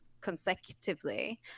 consecutively